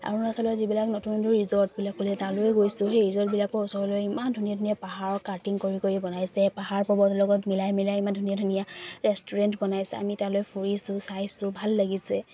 অৰুণাচলৰ যিবিলাক নতুন নতুন ৰিজৰ্টবিলাক হ'লে তালৈ গৈছো সেই ৰিজৰ্টবিলাকৰ ওচৰলৈ ইমান ধুনীয়া ধুনীয়া পাহাৰৰ কাটিং কৰি কৰি বনাইছে পাহাৰ পৰ্বতৰ লগত মিলাই মিলাই ইমান ধুনীয়া ধুনীয়া ৰেষ্টুৰেণ্ট বনাইছে আমি তালৈ ফুৰিছো চাইছো ভাল লাগিছে